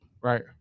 Right